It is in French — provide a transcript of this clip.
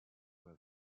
voix